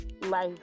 life